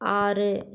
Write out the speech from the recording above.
ஆறு